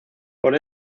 por